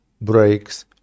breaks